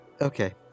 Okay